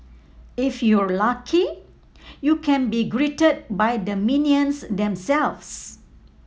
if you're lucky you can be greeted by the minions themselves